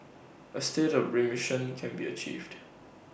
A state of remission can be achieved